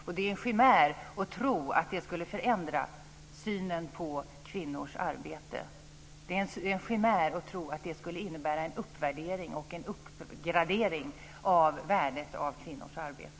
Och det är en chimär att tro att det skulle förändra synen på kvinnors arbete. Det är en chimär att tro att det skulle innebära en uppvärdering, en uppgradering av värdet av kvinnors arbete.